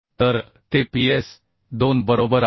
तर ते Ps2 बरोबर आहे